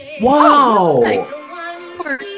Wow